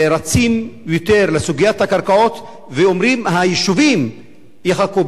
רצים יותר לסוגיית הקרקעות ואומרים: היישובים יחכו.